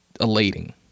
elating